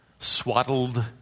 swaddled